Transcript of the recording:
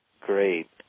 Great